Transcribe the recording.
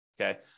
Okay